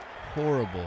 horrible